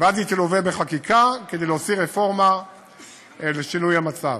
ואז היא תלווה בחקיקה כדי להוציא רפורמה לשינוי המצב.